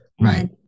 Right